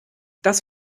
das